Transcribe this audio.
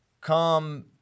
come